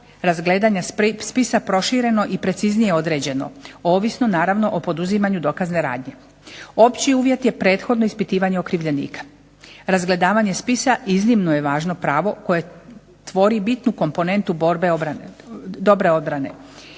razgledanja spisa prošireno i preciznije određeno ovisno naravno o poduzimanju dokazne radnje. Opći uvjet je prethodno ispitivanje okrivljenika. Razgledavanje spisa iznimno je važno pravo koje tvori bitnu komponentu dobre obrane.